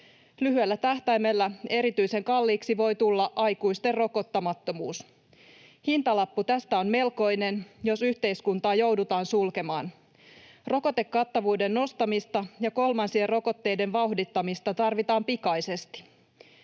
Lyhyellä tähtäimellä erityisen kalliiksi voi tulla aikuisten rokottamattomuus. Hintalappu tästä on melkoinen, jos yhteiskuntaa joudutaan sulkemaan. Rokotekattavuuden nostamista ja kolmansien rokotteiden vauhdittamista tarvitaan pikaisesti.